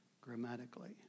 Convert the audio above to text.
grammatically